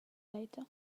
later